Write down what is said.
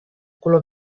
color